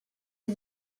you